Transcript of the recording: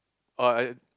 oh I